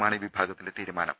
മാണി വിഭാഗത്തിന്റെ തീരുമാനം